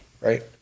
right